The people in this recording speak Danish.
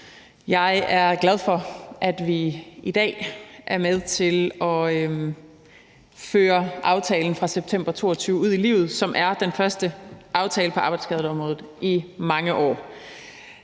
Jeg er glad for, at vi i dag er med til at føre aftalen fra september 2022 ud i livet – en aftale, som er den første aftale på arbejdsskadeområdet i mange år.